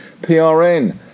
PRN